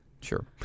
Sure